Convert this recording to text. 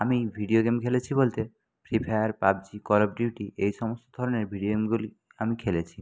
আমি video game খেলেছি বলতে free fire PUBG call of duty এই সমস্ত ধরনের ভিডিও গেমগুলি আমি খেলেছি